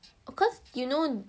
of course you know